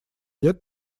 лет